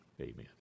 amen